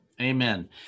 Amen